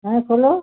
হ্যাঁ খোলো